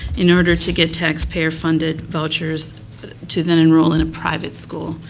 in order to get taxpayer-funded vouchers to then enroll in a private school.